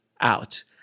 out